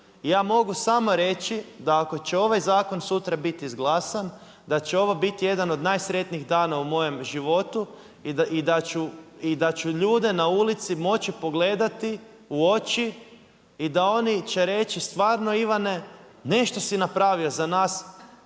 ja mogu samo reći da ako će ovaj zakon sutra biti izglasan da će ovo biti jedan od najsretnijih dana u mojem životu i da ću ljude na ulici moći pogledati u oči i da oni će reći stvarno Ivane nešto si napravio za nas